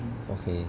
okay